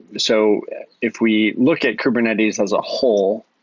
so if we look at kubernetes as a whole,